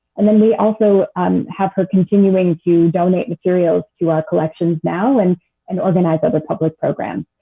and and we also um have her continuing to donate materials to our collections now and and organize other public programs.